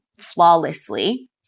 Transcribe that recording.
flawlessly